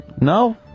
No